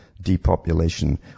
depopulation